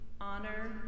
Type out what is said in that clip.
Honor